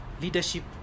leadership